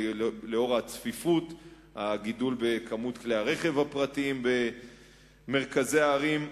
לנוכח הצפיפות והגידול במספר כלי הרכב הפרטיים במרכזי הערים.